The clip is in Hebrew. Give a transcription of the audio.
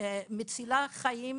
מצילה חיים